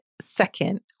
second